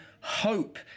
hope